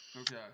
Okay